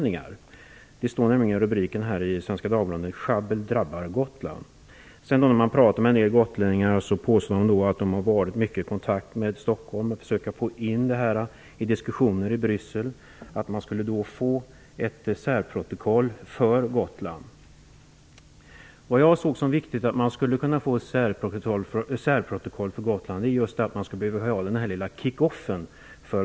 När man talar med en del gotlänningar påstår de att de har haft mycket kontakt med folk i Stockholm för att försöka få in frågan i diskussioner med Bryssel för att man skall få ett särprotokoll för Jag anser att det är viktigt med ett särprotokoll för Gotland för att ön behöver denna ''kick off''.